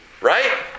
right